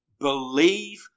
Believe